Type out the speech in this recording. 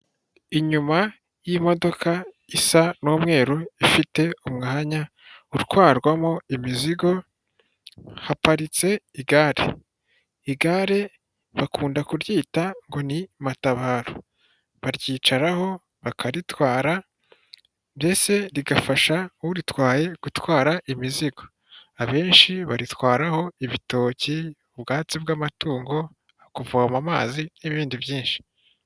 Inyuma y'imodoka isa n'umweru ifite umwanya utwarwamo imizigo, haparitse igare, igare bakunda kuryita ngo ni matabaro, baryicaraho bakaritwara mbese rigafasha uritwaye gutwara imizigo, abenshi baritwaraho ibitoki, ubwatsi bw'amatungo, kuvoma amazi n'ibindi byinshi.